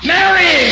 Mary